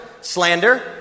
slander